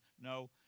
No